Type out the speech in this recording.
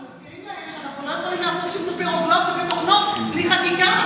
אנחנו מזכירים להם שאנחנו לא יכולים לעסוק ברוגלות ובתוכנות בלי חקיקה.